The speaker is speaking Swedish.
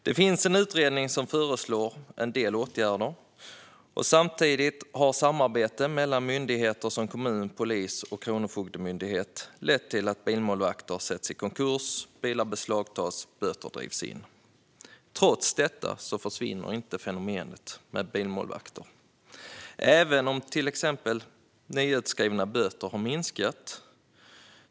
Det finns en utredning som föreslår en del åtgärder, och samtidigt har samarbeten mellan myndigheter som kommun, polis och kronofogdemyndighet lett till att bilmålvakter sätts i konkurs, bilar beslagtas och böter drivs in. Trots detta försvinner inte fenomenet med bilmålvakter, även om till exempel nyutskrivna böter har minskat.